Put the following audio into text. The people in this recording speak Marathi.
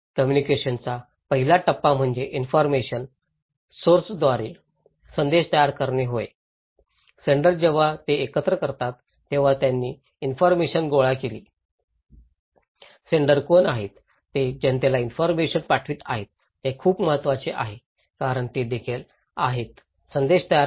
कम्युनिकेशन चा पहिला टप्पा म्हणजे इन्फॉरमेशन सोर्साद्वारे संदेश तयार करणे होय सेंडर जेव्हा ते एकत्र करतात तेव्हा त्यांनी इन्फॉरमेशन गोळा केली सेंडर कोण आहेत जे जनतेला इन्फॉरमेशन पाठवित आहेत ते खूप महत्वाचे आहेत कारण ते देखील आहेत संदेश तयार करणे